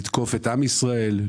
לתקוף את עם ישראל,